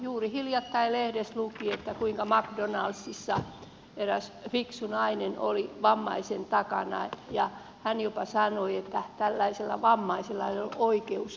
juuri hiljattain lehdessä luki kuinka mcdonaldsissa eräs fiksu nainen oli vammaisen takana ja hän jopa sanoi että tällaisella vammaisella ei ole oikeus elää